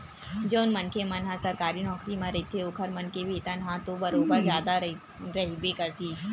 जउन मनखे मन ह सरकारी नौकरी म रहिथे ओखर मन के वेतन ह तो बरोबर जादा रहिबे करही